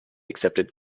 accepted